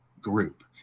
group